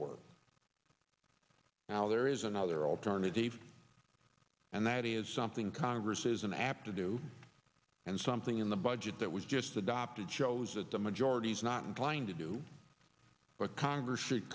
work now there is another alternative and that is something congress isn't apt to do and something in the budget that was just adopted shows that the majority is not inclined to do but congress should